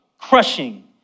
crushing